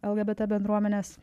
el gie bė tė bendruomenės